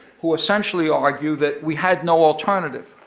who essentially argue that we had no alternative.